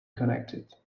connected